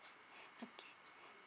okay